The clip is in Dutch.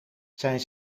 zijn